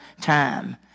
time